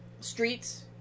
streets